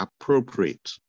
appropriate